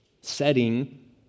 setting